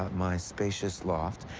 my spacious loft.